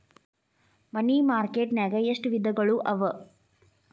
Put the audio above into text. ಮನಿ market ನ್ಯಾಗ್ ಎಷ್ಟವಿಧಗಳು ಅವ?